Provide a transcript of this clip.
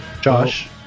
Josh